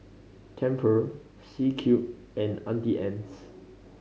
Tempur C Cube and Auntie Anne's